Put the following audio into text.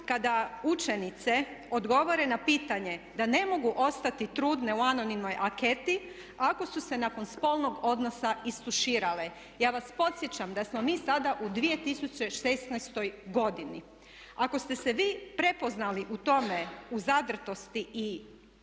kada učenice odgovore na pitanje da ne mogu ostati trudne u anonimnoj anketi ako su se nakon spolnog odnosa istuširale? Ja vas podsjećam da smo mi sada u 2016. godini. Ako ste se vi prepoznali u tome, u zadrtosti i